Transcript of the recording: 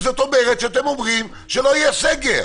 כלומר אתם אומרים שלא יהיה סגר.